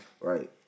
right